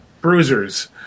bruisers